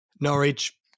Norwich